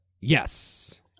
Yes